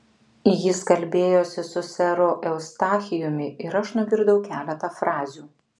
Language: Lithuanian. jis kalbėjosi su seru eustachijumi ir aš nugirdau keletą frazių